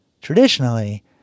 Traditionally